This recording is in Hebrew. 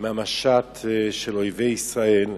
מהמשט של אויבי ישראל,